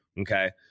Okay